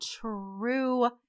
true